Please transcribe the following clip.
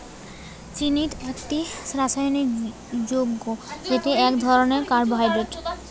chitin একটি রাসায়নিক যৌগ্য যেটি এক ধরণের কার্বোহাইড্রেট